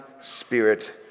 Spirit